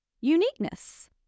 uniqueness